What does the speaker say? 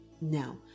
now